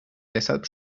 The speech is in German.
deshalb